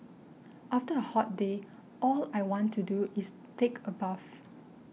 after a hot day all I want to do is take a bath